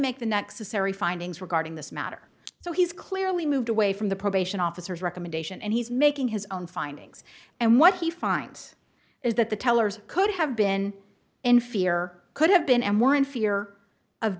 make the nexus ery findings regarding this matter so he's clearly moved away from the probation officers recommendation and he's making his own findings and what he finds is that the tellers could have been in fear could have been and were in fear of